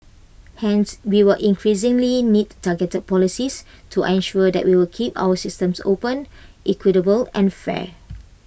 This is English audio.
hence we will increasingly need targeted policies to ensure that we keep our systems open equitable and fair